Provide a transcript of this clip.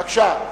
בבקשה.